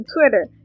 Twitter